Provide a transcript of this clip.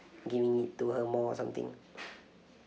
giving it to her more or something